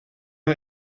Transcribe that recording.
nhw